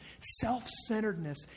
self-centeredness